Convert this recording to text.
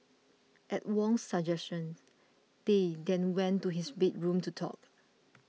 at Wong's suggestion they then went to his bedroom to talk